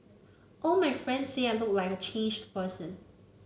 all my friends say I look like a changed person